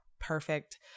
perfect